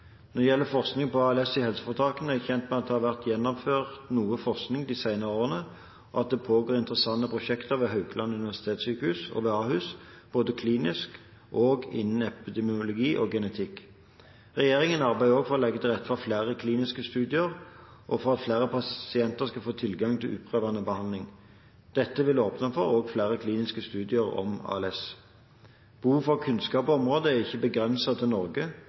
Når det gjelder forskning på ALS i helseforetakene, er jeg kjent med at det har vært gjennomført noe forskning de senere årene, og at det pågår interessante prosjekter ved Haukeland universitetssykehus og ved Ahus – både klinisk og innen epidemiologi og genetikk. Regjeringen arbeider også for å legge til rette for flere kliniske studier, og for at flere pasienter skal få tilgang til utprøvende behandling. Dette vil åpne for flere kliniske studier om ALS. Behovet for kunnskap på området er ikke begrenset til Norge.